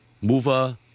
mover